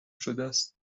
شدهست